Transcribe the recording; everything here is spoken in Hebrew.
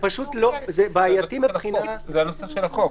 זה בעייתי מבחינה --- זה הנוסח של החוק.